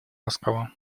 ласково